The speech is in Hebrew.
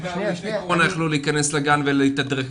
--- לפני קורונה יכלו להכנס לגן ולתדרך,